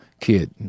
kid